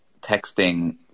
texting